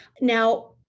Now